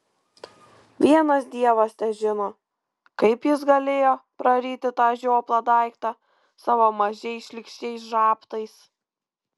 vienas dievas težino kaip jis galėjo praryti tą žioplą daiktą savo mažais šlykščiais žabtais